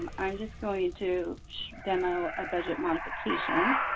um i'm just going to demo a budget modification.